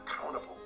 accountable